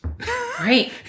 right